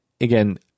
again